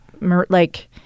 Like-